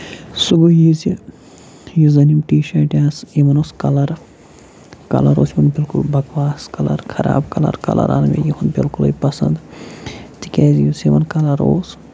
سُہ گوٚو یہِ زِ یُس زَن یِم ٹی شارٹہِ آسہٕ یِمَن اوس کَلر کَلر اوس یِمَن بِلکُل بَکواس کَلر خراب کَلر آو نہٕ مےٚ یِہُنٛد بِلکُلُے پَسنٛد تِکیٛازِ یُس یِمَن کَلر اوس